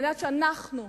כדי שאנחנו,